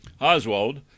oswald